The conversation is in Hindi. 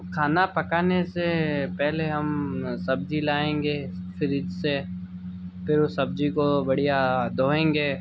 खाना पकाने से पहले हम सब्ज़ी लाएंगे फ़्रिज से फिर उस सब्ज़ी को बढ़िया धोएंगे